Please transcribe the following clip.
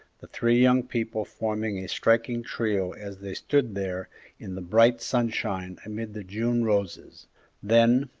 the three young people forming a striking trio as they stood there in the bright sunshine amid the june roses then,